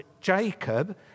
Jacob